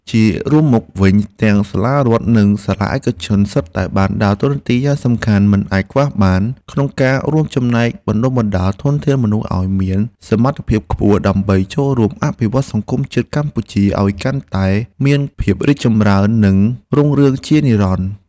ជារួមមកវិញ ទាំងសាលារដ្ឋនិងសាលាឯកជនសុទ្ធតែបានដើរតួនាទីយ៉ាងសំខាន់មិនអាចខ្វះបាន ក្នុងការរួមចំណែកបណ្តុះបណ្តាលធនធានមនុស្សឱ្យមានសមត្ថភាពខ្ពស់ ដើម្បីចូលរួមអភិវឌ្ឍសង្គមជាតិកម្ពុជាឱ្យកាន់តែមានភាពរីកចម្រើននិងរុងរឿងជានិរន្តរ៍។